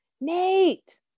Nate